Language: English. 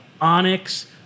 Onyx